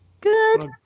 Good